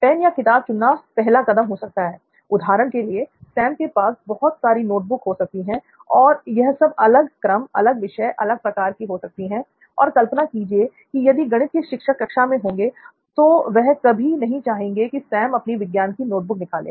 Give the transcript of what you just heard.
pen या किताब चुनना पहला कदम हो सकता है उदाहरण के लिए सेम के पास बहुत सारी नोटबुक हो सकती हैं और यह सब अलग क्रम अलग विषय अलग प्रकार की हो सकती हैं और कल्पना कीजिए की यदि गणित के शिक्षक कक्षा में होंगे तो वह कभी नहीं चाहेंगे कि सैम अपनी विज्ञान की नोटबुक निकालें